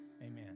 Amen